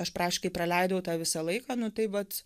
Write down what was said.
aš praktiškai praleidau tą visą laiką nu tai vat